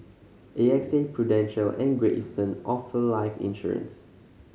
A X A Prudential and Great Eastern offer life insurance